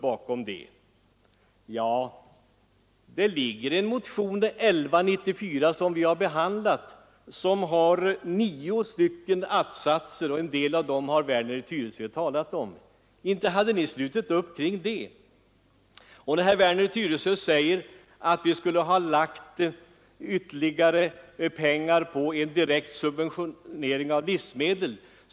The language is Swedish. I er motion 1194, som utskottet har behandlat, finns inte mindre än nio att-satser — en del av dem har herr Werner i Tyresö talat om. Inte hade ni slutit upp kring vårt förslag! Herr Werner i Tyresö säger att vi borde ha lagt ytterligare pengar på en direkt subventionering av livsmedel.